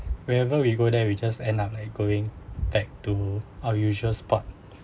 wherever we go there we just end up like going back to our usual spot